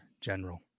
general